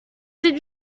did